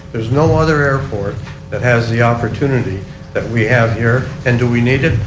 there is no other airport that has the opportunity that we have here and do we need it?